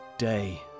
day